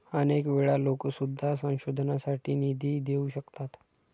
अनेक वेळा लोकं सुद्धा संशोधनासाठी निधी देऊ शकतात